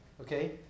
Okay